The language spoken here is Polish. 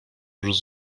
już